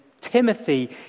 Timothy